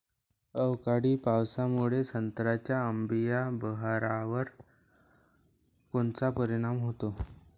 अवकाळी पावसामुळे संत्र्याच्या अंबीया बहारावर कोनचा परिणाम होतो?